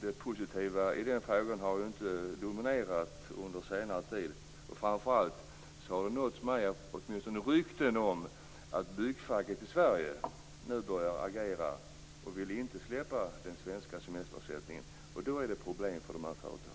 det positiva i den frågan har inte precis dominerat under senare tid. Jag har nåtts av rykten om att byggfacket i Sverige nu börjar agera och inte vill släppa den svenska semesterersättningen. I så fall blir det problem för de här företagen.